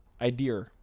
idea